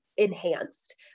enhanced